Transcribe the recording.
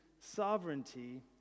sovereignty